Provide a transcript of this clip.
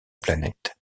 planète